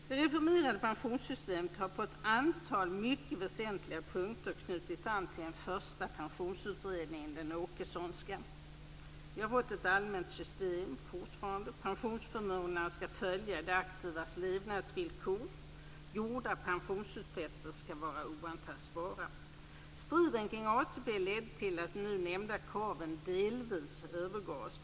Det reformerade pensionssystemet har på ett antal mycket väsentliga punkter knutit an till den första pensionsutredningen, den Åkesonska. Vi har fått ett allmänt system - fortfarande. Pensionsförmåner skall följa de aktivas levnadsvillkor, och gjorda pensionsutfästelser skall vara oantastbara. Striden kring ATP ledde till att de nu nämnda kraven delvis övergavs.